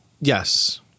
Yes